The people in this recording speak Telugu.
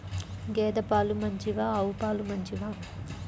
గేద పాలు మంచివా ఆవు పాలు మంచివా?